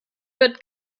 wird